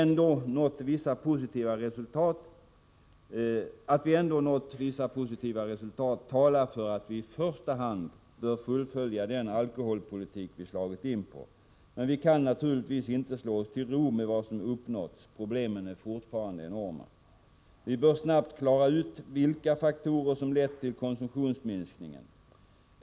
Att vi ändå nått vissa positiva resultat talar för att vi i första hand bör fullfölja den alkoholpolitik vi slagit in på. Men vi kan naturligtvis inte slå oss till ro med vad som uppnåtts — problemen är fortfarande enorma. Vi bör snabbt klara ut vilka faktorer som lett till konsumtionsminskningen.